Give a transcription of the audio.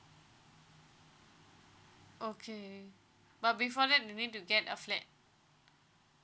okay but before that they need to get a flat